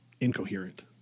incoherent